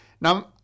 Now